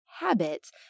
habits